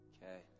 Okay